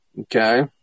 Okay